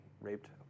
raped